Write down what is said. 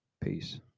Peace